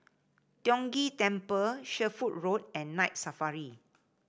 Tiong Ghee Temple Sherwood Road and Night Safari